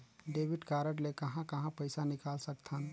Debit card ले कहां कहां पइसा निकाल सकथन?